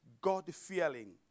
God-fearing